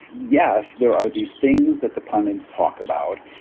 yes, there are these things that the pundits talk about,